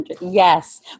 Yes